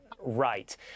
right